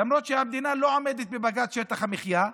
למרות שהמדינה לא עומדת בבג"ץ שטח המחיה,